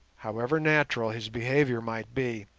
however natural his behaviour might be,